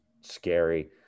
scary